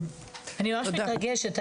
אני מתרגשת.